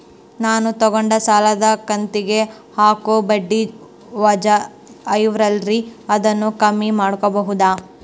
ನಾನು ತಗೊಂಡ ಸಾಲದ ಕಂತಿಗೆ ಹಾಕೋ ಬಡ್ಡಿ ವಜಾ ಐತಲ್ರಿ ಅದನ್ನ ಕಮ್ಮಿ ಮಾಡಕೋಬಹುದಾ?